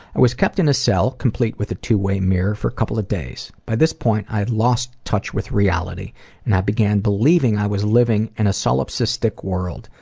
i was kept in a cell, complete with a two way mirror for a couple of days. by this point i had lost touch with reality and i began believing i was living in a solipsistic world.